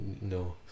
no